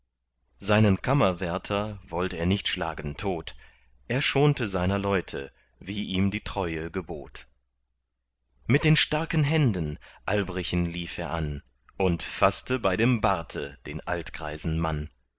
seinen kammerwärter wollt er nicht schlagen tot er schonte seiner leute wie ihm die treue gebot mit den starken händen albrichen lief er an und faßte bei dem barte den altgreisen mann